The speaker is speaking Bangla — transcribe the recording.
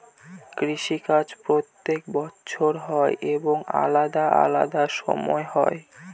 কৃষি কাজ প্রত্যেক বছর হয় এবং আলাদা আলাদা সময় হয়